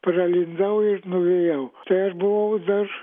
pralindau ir nuvėjau tai aš buvau dar